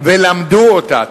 ולמדו אותה.